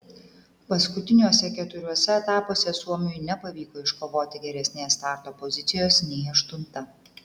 paskutiniuose keturiuose etapuose suomiui nepavyko iškovoti geresnės starto pozicijos nei aštunta